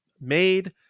made